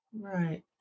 Right